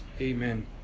Amen